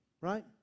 Right